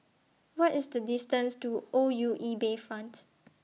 What IS The distance to O U E Bayfront